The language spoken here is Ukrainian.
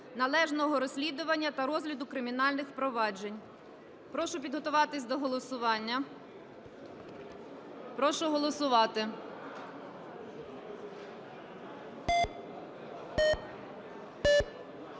належного розслідування та розгляду кримінальних проваджень. Прошу підготуватись до голосування. Прошу голосувати.